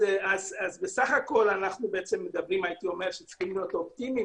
בסך הכול אנחנו צריכים להיות אופטימיים